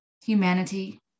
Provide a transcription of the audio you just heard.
humanity